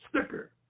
sticker